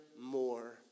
more